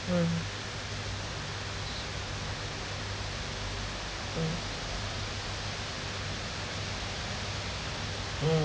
mm mm mm